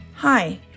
Hi